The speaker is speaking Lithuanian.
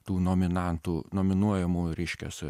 tų nominantų nominuojamųjų reiškias